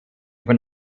von